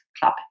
Club